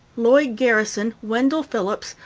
lloyd garrison, wendell phillips,